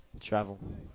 Travel